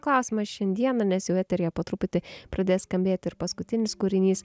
klausimas šiandieną nes jau eteryje po truputį pradės skambėt ir paskutinis kūrinys